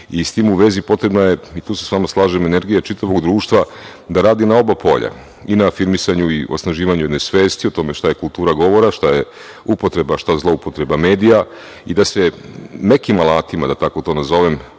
S tim u vezi potrebno je, tu se sa vama slažem, energija čitavog društva da radi na oba polja, i na afirmisanju i osnaživanju jedne svesti o tome šta je kultura govora, šta je upotreba, a šta zloupotreba medija i da se nekim alatima, da tako to nazovem,